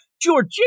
Georgia